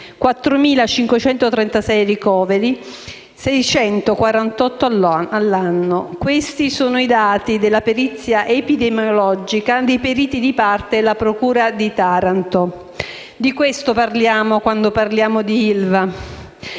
4.536 ricoveri, 648 all'anno. Questi sono i dati della perizia epidemiologica dei periti di parte della procura di Taranto. Di questo parliamo quando parliamo di ILVA.